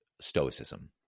Stoicism